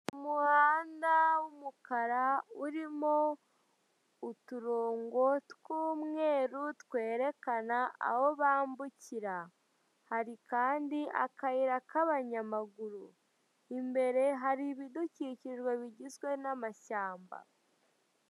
Umuhanda w'umukara urimo uturongo twumweru twerekana aho bambukira hari kandi akayira k'abanyamaguru, imbere hari ibidukikije bigizwe n'amashyamba.